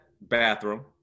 bathroom